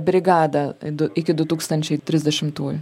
brigadą du iki du tūkstančiai trisdešimtųjų